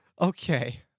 Okay